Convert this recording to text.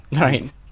Right